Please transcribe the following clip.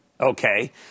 Okay